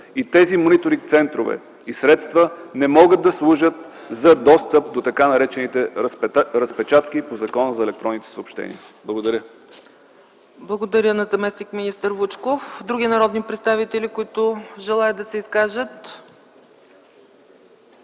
Тези мониторинг центрове и средства не могат да служат за достъп до така наречените разпечатки по Закона за електронните съобщения. Благодаря. ПРЕДСЕДАТЕЛ ЦЕЦКА ЦАЧЕВА: Благодаря на заместник-министър Вучков. Има ли други народни представители, които желаят да се изкажат?